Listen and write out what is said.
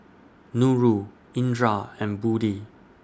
Nurul Indra and Budi